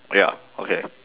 ya okay